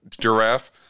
giraffe